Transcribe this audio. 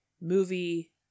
movie